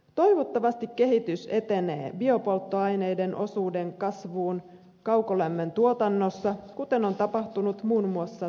toivottavasti kehitys etenee biopolttoaineiden osuuden kasvuun kaukolämmön tuotannossa kuten on tapahtunut muun muassa tukholmassa